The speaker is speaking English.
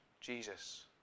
Jesus